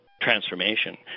transformation